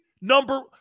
number –